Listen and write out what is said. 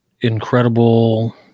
incredible